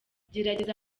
gerageza